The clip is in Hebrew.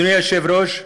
אדוני היושב-ראש,